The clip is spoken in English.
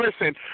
listen